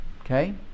Okay